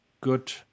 good